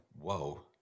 whoa